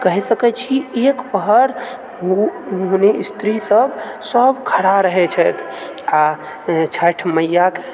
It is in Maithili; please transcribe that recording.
कहि सकैत छी एक पहर ओ गुणि स्त्री सभ सभ खड़ा रहैत छथि आ छठ मैया